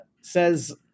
says